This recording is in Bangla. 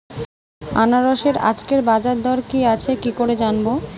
আনারসের আজকের বাজার দর কি আছে কি করে জানবো?